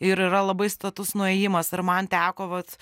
ir yra labai status nuėjimas ir man teko vat